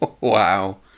Wow